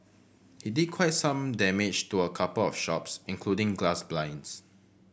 he did quite some damage to a couple of shops including glass blinds